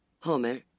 Homer